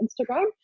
Instagram